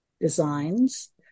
designs